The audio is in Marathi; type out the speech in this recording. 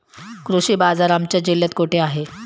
कृषी बाजार आमच्या जिल्ह्यात कुठे आहे?